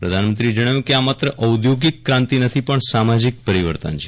પ્રધાનમંત્રીએ જણાવ્યું કે આ માત્ર ઔદ્યોગિક કાંતિ નથી પણ સામાજીક પરિવર્તન છે